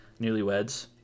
newlyweds